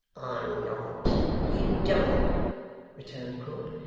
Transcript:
i'm not, you dog returned quilp.